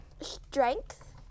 strength